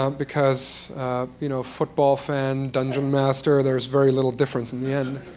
um because you know football fan, dungeon master, there's very little difference in the end.